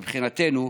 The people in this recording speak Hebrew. מבחינתנו,